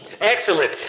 Excellent